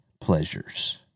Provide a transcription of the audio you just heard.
pleasures